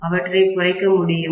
அவற்றைக் குறைக்க முடியுமா